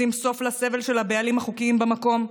לשים סוף לסבל של הבעלים החוקיים במקום,